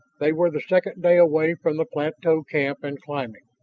they were the second day away from the plateau camp, and climbing,